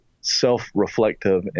self-reflective